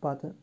پتہٕ